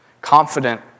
confident